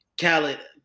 Khaled